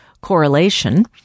correlation